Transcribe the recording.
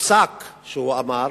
מוצק שהוא אמר